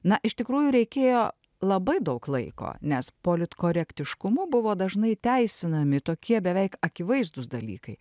na iš tikrųjų reikėjo labai daug laiko nes politkorektiškumu buvo dažnai teisinami tokie beveik akivaizdūs dalykai